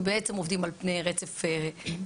אנחנו בעצם עובדים על פני רצף טיפולי,